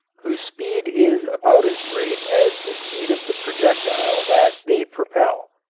whose speed is about as great as the speed of the projectile that they propel.